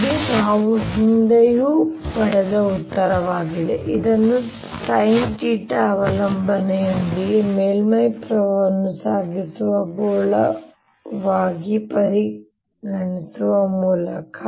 ಇದು ನಾವು ಹಿಂದೆಯೂ ಪಡೆದ ಉತ್ತರವಾಗಿದೆ ಇದನ್ನುsinθ ಅವಲಂಬನೆಯೊಂದಿಗೆ ಮೇಲ್ಮೈ ಪ್ರವಾಹವನ್ನು ಸಾಗಿಸುವ ಗೋಳವಾಗಿ ಪರಿಗಣಿಸುವ ಮೂಲಕ